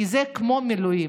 כי זה כמו מילואים.